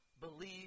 believe